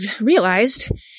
realized